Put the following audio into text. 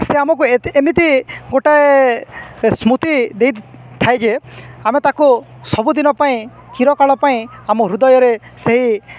ସେ ଆମକୁ ଏମିତି ଗୋଟାଏ ସ୍ମୃତି ଦେଇଥାଏ ଯେ ଆମେ ତାକୁ ସବୁଦିନ ପାଇଁ ଚୀରକାଳ ପାଇଁ ଆମ ହୃଦୟରେ ସେଇ